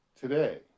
today